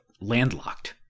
landlocked